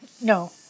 no